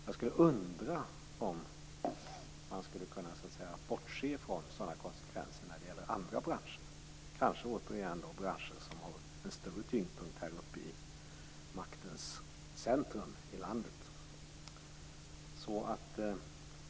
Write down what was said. Går det att bortse från sådana konsekvenser i andra branscher som har större tyngdpunkt i maktens centrum i landet?